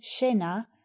shena